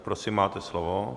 Prosím, máte slovo.